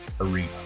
Arena